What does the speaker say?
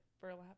burlap